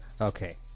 Okay